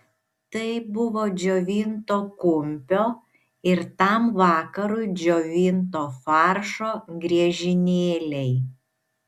tai buvo džiovinto kumpio ir tam vakarui džiovinto faršo griežinėliai